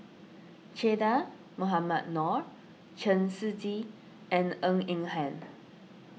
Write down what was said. Che Dah Mohamed Noor Chen Shiji and Ng Eng Hen